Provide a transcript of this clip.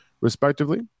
respectively